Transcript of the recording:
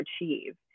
achieve